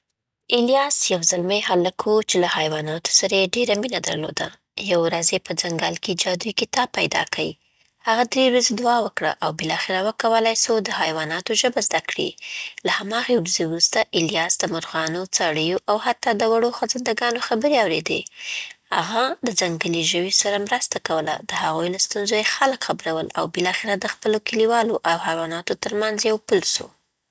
الیاس یو زلمی هلک و چې له حیواناتو سره یې ډېره مینه درلوده. یوه ورځ یې په ځنګل کې جادويي کتاب پیدا کی. هغه درې ورځې دعا وکړه، او بالاخره وکولای سو و د حیواناتو ژبه زده کړي. له هماغې ورځې وروسته، الیاس د مرغانو، څارویو او حتی د وړو خزنده‌ګانو خبرې اورېدې. هغه د ځنګلي ژویو سره مرسته کوله، د هغوی له ستونزو یې خلک خبرول، او بالاخره د خپلو کليوالو او حیواناتو تر منځ یو پل سو.